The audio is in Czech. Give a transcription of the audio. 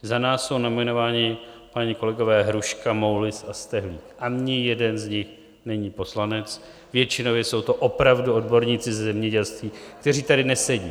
Za nás jsou nominováni páni kolegové Hruška, Moulis a Stehlík, ani jeden z nich není poslanec, většinově jsou to opravdu odborníci ze zemědělství, kteří tady nesedí.